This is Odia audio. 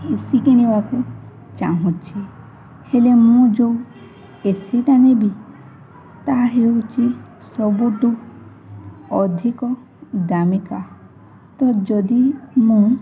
ଏ ସି କିଣିବାକୁ ଚାହୁଁଛି ହେଲେ ମୁଁ ଯେଉଁ ଏସିଟା ନେବି ତାହା ହେଉଛି ସବୁଠୁ ଅଧିକ ଦାମିକା ତ ଯଦି ମୁଁ